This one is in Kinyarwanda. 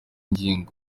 ngingo